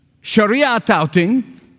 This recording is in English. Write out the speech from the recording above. Sharia-touting